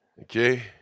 Okay